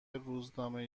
روزانه